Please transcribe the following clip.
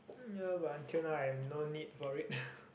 ya but until now I have no need for it